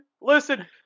Listen